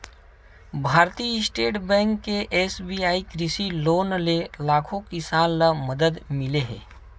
भारतीय state bank के SBI कृषि लोन ले लाखो किसान ल मदद मिले हे